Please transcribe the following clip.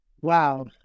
Wow